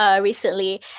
recently